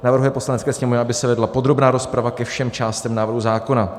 Navrhuje Poslanecké sněmovně, aby se vedla podrobná rozprava ke všem částem návrhu zákona.